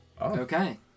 Okay